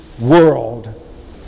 world